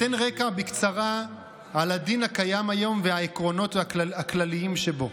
אתן רקע בקצרה על הדין הקיים היום והעקרונות הכלליים שבו: